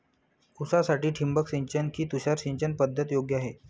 ऊसासाठी ठिबक सिंचन कि तुषार सिंचन पद्धत योग्य आहे?